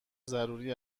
ضروری